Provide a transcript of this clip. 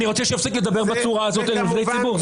אני רוצה שהוא יפסיק לדבר בצורה הזאת אל עובדי ציבור,